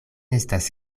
estas